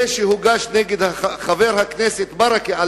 זה שהוגש נגד חבר הכנסת ברכה,